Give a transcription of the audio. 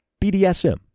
BDSM